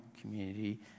Community